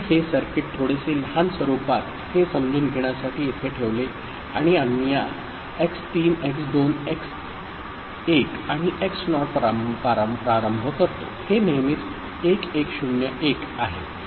तर हे सर्किट थोडेसे लहान स्वरूपात ते समजून घेण्यासाठी येथे ठेवले आणि आम्ही या x3 x2 x1 आणि x नॉट प्रारंभ करतो हे नेहमीच 1101 आहे